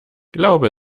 glaube